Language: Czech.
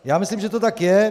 Já myslím, že to tak je.